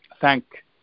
thank